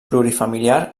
plurifamiliar